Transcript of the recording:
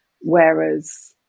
whereas